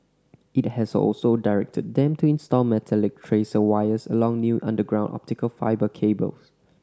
it has also directed them to install metallic tracer wires along new underground optical fibre cables